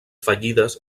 fallides